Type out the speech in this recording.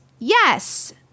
Yes